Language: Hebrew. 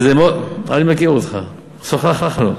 אני מכיר אותך, שוחחנו.